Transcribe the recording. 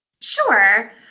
Sure